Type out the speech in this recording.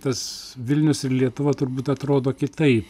tas vilnius ir lietuva turbūt atrodo kitaip